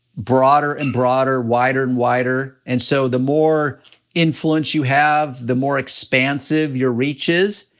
broader and broader, wider and wider, and so the more influence you have, the more expansive your reach is,